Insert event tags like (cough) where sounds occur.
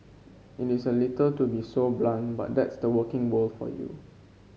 (unintelligible) a little to be so blunt but that's the working world for you